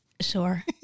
Sure